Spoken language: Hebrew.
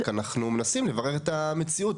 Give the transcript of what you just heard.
רק אנחנו מנסים לברר את המציאות